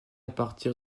partir